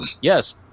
Yes